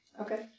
Okay